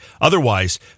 Otherwise